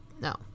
No